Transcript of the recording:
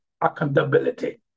accountability